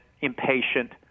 impatient